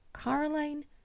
Caroline